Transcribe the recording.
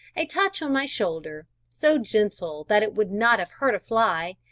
a touch on my shoulder, so gentle that it would not have hurt a fly,